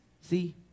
See